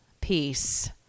peace